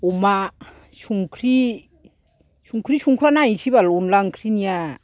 अमा संख्रि संख्रि संख्रा नायसै बाल अनला ओंख्रिनिया